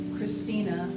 Christina